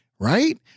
right